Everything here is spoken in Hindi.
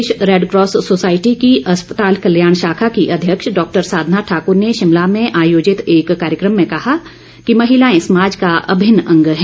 प्रदेश रैडक्रॉस सोसायटी की अस्पताल कल्याण शाखा की अध्यक्ष डॉक्टर साधना ठाकुर ने शिमला में आयोजित एक कार्यक्रम में कहा कि महिलाएं समाज का अभिन्न अंग हैं